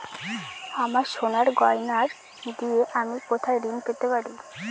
আমার সোনার গয়নার দিয়ে আমি কোথায় ঋণ পেতে পারি?